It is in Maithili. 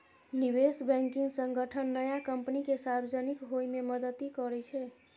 निवेश बैंकिंग संगठन नया कंपनी कें सार्वजनिक होइ मे मदति करै छै